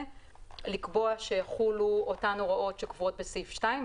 לקבוע שיחולו אותן הוראות שקבועות בסעיף 2,